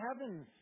heavens